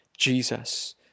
Jesus